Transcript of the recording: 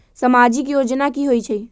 समाजिक योजना की होई छई?